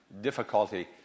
difficulty